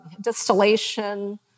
distillation